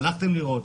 הלכתם לראות?